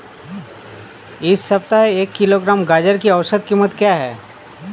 इस सप्ताह एक किलोग्राम गाजर की औसत कीमत क्या है?